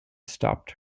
stopped